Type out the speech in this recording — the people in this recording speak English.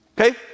Okay